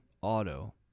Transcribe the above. Auto